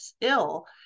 ill